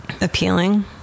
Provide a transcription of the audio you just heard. appealing